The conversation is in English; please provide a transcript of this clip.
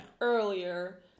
earlier